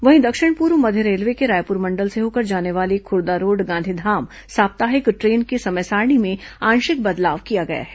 वहीं दक्षिण पूर्व मध्य रेलवे के रायपुर मंडल से होकर जाने वाले खुर्दारोड गांधीधाम साप्ताहिक ट्रेन की समय सारिणी में आंशिक बदलाव किया गया है